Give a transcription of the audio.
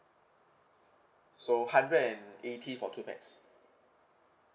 so hundred and eighty for two pax